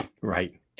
right